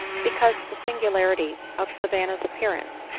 because the singularity of savan na's appearance,